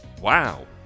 wow